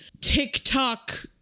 TikTok